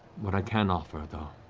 what i can offer, though